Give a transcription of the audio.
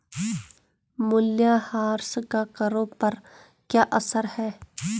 मूल्यह्रास का करों पर क्या असर है?